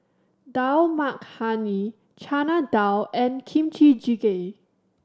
Dal Makhani Chana Dal and Kimchi Jjigae